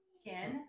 skin